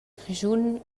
grischun